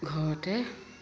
ঘৰতে